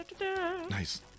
Nice